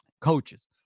coaches